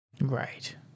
Right